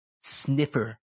sniffer